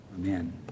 Amen